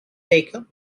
taker